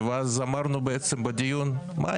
ואז אמרנו בעצם בדיון 'מה,